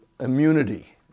immunity